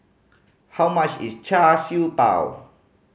how much is Char Siew Bao